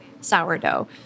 sourdough